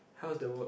how's the work